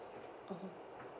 mmhmm